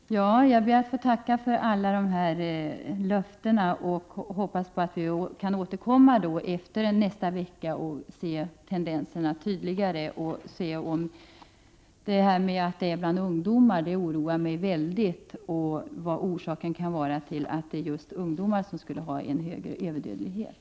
Fru talman! Jag ber att få tacka för alla dessa löften. Jag hoppas att vi kan återkomma efter nästa vecka och se tendenserna tydligare, bl.a. vad som är 21 orsaken till att ungdomar har hög dödlighet, vilket oroar mig mycket.